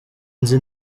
nzi